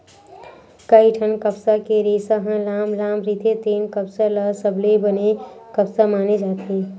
कइठन कपसा के रेसा ह लाम लाम रहिथे तेन कपसा ल सबले बने कपसा माने जाथे